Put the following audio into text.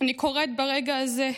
אני קוראת ברגע הזה,